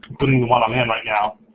including the one i'm in right now,